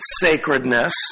sacredness